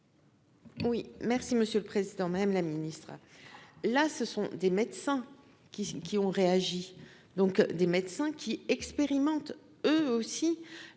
Oui, merci Monsieur le Président. Même la ministre. Là ce sont des médecins. Qui ont réagi, donc des médecins qui expérimentent eux aussi les les